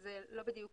שזה לא בדיוק